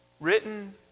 written